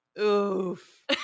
Oof